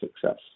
success